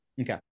Okay